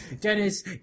Dennis